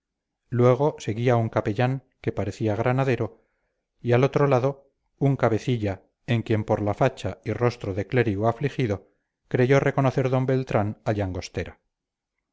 luego seguía un capellán que parecía granadero y al otro lado un cabecilla en quien por la facha y rostro de clérigo afligido creyó reconocer d beltrán a llangostera